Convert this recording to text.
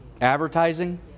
advertising